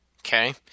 okay